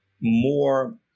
more